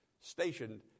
stationed